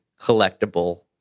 collectible